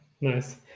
nice